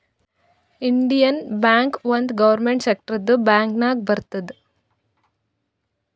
Indian bank ಒಂದ್ government ಸೆಕ್ಟರ್ದು bank ನಾಗ್ ಬರ್ತುದ್